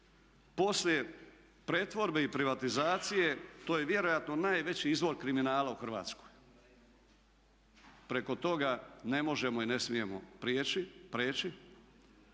Poslije pretvorbe i privatizacije to je vjerojatno najveći izvor kriminala u Hrvatskoj. Preko toga ne možemo i ne smijemo prijeći,